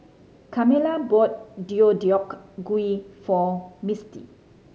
Carmella bought Deodeok Gui for Mistie